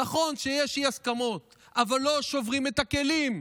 נכון שיש אי-הסכמות, אבל לא שוברים את הכלים.